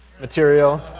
material